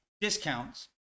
discounts